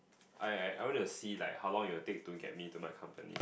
I I I wanna see like how long it would take to get me to my company